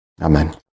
Amen